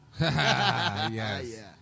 Yes